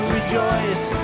Rejoice